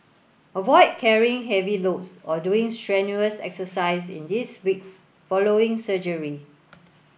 avoid carrying heavy loads or doing strenuous exercise in these weeks following surgery